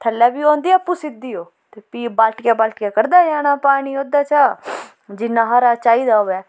थल्लै बी ओह् होंदी आपूं सिद्धी ओह् ते फ्ही बालटियै बालटियै कड्ढदे जाना पानी ओह्दे चा जिन्ना हारा चाहिदा होऐ